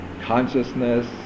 consciousness